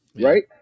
right